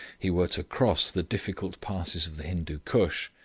he were to cross the difficult passes of the hindoo koosh,